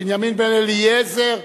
בנימין בן-אליעזר,